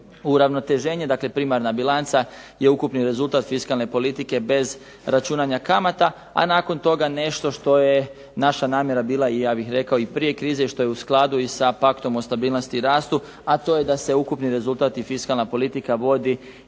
uravnoteženje. Dakle primarna bilanca je ukupni rezultat fiskalne politike bez računanja kamata, a nakon toga nešto što je naša namjera bila i ja bih rekao i prije krize i što je u skladu i sa paktom o stabilnosti i rastu, a to je da se ukupni rezultat i fiskalna politika vodi